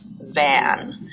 van